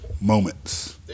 Moments